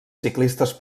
ciclistes